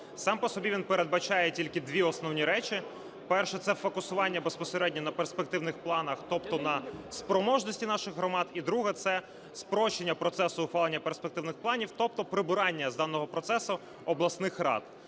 Сам по собі він передбачає тільки дві основні речі: перше – це фокусування безпосередньо на перспективних планах, тобто на спроможності наших громад. І друге – це спрощення процесу ухвалення перспективних планів, тобто прибирання з даного процесу обласних рад.